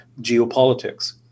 geopolitics